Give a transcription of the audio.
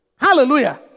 Hallelujah